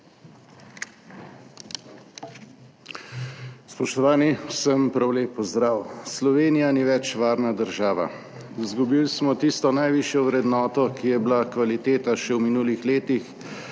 Spoštovani! Vsem prav lep pozdrav! Slovenija ni več varna država. Izgubili smo tisto najvišjo vrednoto, ki je bila kvaliteta še v minulih letih